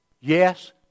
Yes